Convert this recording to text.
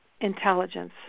intelligence